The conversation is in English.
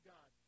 God